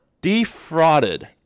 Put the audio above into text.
defrauded